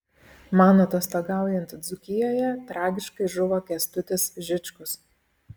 man atostogaujant dzūkijoje tragiškai žuvo kęstutis žičkus